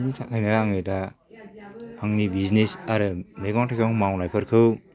बेनि थाखायनो आङो दा आंनि बिजिनेस आरो मैगं थाइगं मावनायफोरखौ